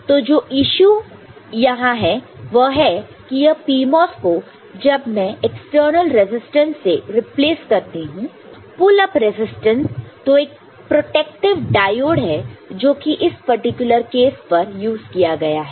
तो जो इशू यहां है वह है कि यह PMOS को जब मैं एक्सटर्नल रेजिस्टेंस से रिप्लेस करती हूं पुल अप रेजिस्टेंस तो एक प्रोटेक्टिव डायोड protective diodeहै जो कि इस पर्टिकुलर केस पर यूज किया गया है